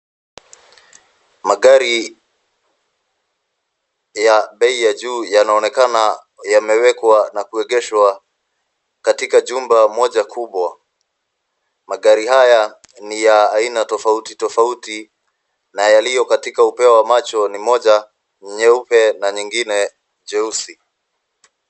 Magari ya bei ya juu yanaonekana yamewekwa na kuegeshwa katika jumba moja kubwa. Magari haya ni ya aina tofauti tofauti na yaliyo katika upeo wa macho ni moja nyeupe na nyingine nyeusi.